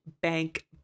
bank